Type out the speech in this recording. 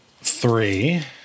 three